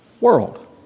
world